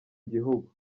igihugu